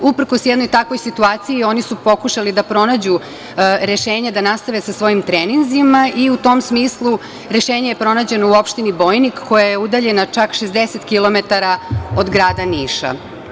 Uprkos jednoj takvoj situaciji, oni su pokušali da pronađu rešenje da nastave sa svojim treninzima i u tom smislu rešenje je pronađeno u opštini Bojnik koja je udaljena čak 60 kilometara od grada Niša.